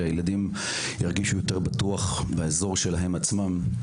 על מנת שילדים ירגישו יותר בטוח באזור שלהם עצמם.